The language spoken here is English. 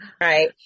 right